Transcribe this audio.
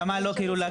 למה לא להקשיב?